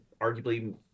arguably